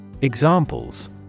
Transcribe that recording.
Examples